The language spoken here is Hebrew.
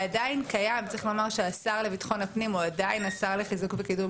וצריך לומר שהשר לביטחון הפנים הוא עדיין השר לחיזוק ולקידום